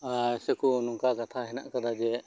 ᱥᱮ ᱠᱚ ᱱᱚᱝᱠᱟ ᱠᱟᱛᱷᱟ ᱦᱮᱱᱟᱜ ᱠᱟᱫᱟ ᱡᱮ